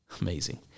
Amazing